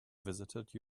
visited